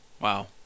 Wow